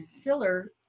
filler